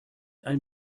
ein